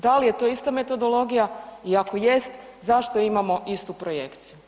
Da li je to ista metodologija i ako jest zašto imamo istu projekciju?